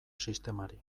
sistemari